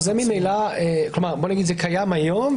זה קיים היום,